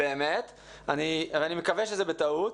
אני מקווה שזה בטעות.